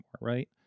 right